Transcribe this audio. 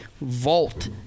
vault